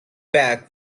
back